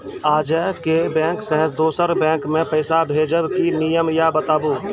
आजे के बैंक से दोसर बैंक मे पैसा भेज ब की नियम या बताबू?